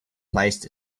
placed